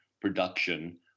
production